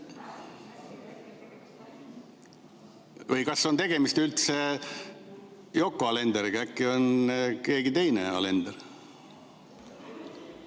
Või kas on tegemist üldse Yoko Alenderiga, äkki on see keegi teine Alender?